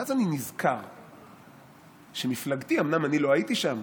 ואז אני נזכר שמפלגתי, אומנם אני לא הייתי שם,